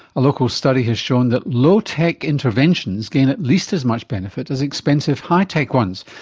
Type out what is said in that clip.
a local study has shown that low-tech interventions gain at least as much benefit as expensive high-tech ones,